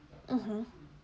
mmhmm